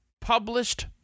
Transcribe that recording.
published